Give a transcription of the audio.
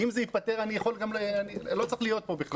אם זה ייפתר אני לא צריך להיות פה בכלל.